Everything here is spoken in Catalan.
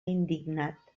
indignat